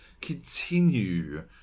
continue